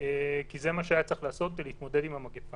כי זה מה שהיה צריך לעשות כדי להתמודד עם המגפה.